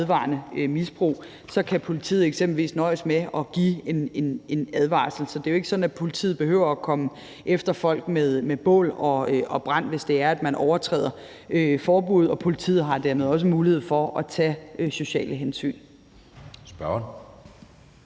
vedvarende misbrug, kan politiet eksempelvis nøjes med at give en advarsel. Så det er jo ikke sådan, at politiet behøver at komme efter folk med bål og brand, hvis det er sådan, at man overtræder forbud. Og politiet har dermed også mulighed for at tage sociale hensyn.